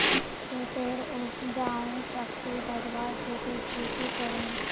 खेतेर उपजाऊ शक्ति बढ़वार केते की की करूम?